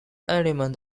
element